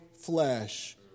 flesh